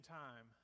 time